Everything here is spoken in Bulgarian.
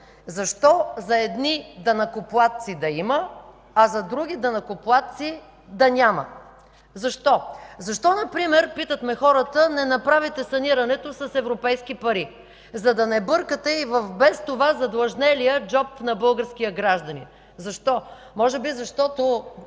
Защо за едни данъкоплатци да има, а за други данъкоплатци да няма? Защо? Защо например, питат ме хората, не направите санирането с европейски пари, за да не бъркате и в без това задлъжнелия джоб на българския гражданин? Защо? Може би защото,